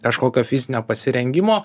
kažkokio fizinio pasirengimo